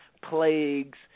plagues